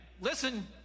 Listen